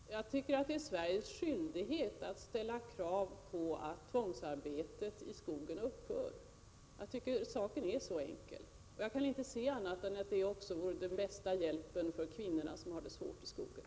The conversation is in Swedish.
Herr talman! Jag tycker att det är Sveriges skyldighet att ställa krav på att 11 december 1986 tvångsarbetet i skogen upphör. Jag tycker saken är så enkel. Jag kanintese. 4 annat än att det skulle vara den bästa hjälpen för kvinnorna som har det svårt i skogen.